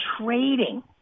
trading